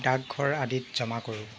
ডাকঘৰ আদিত জমা কৰোঁ